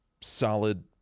solid